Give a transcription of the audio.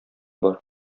бар